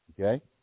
Okay